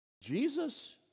Jesus